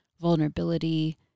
vulnerability